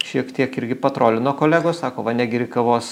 šiek tiek irgi patrolino kolegos sako va negeri kavos